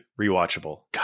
rewatchable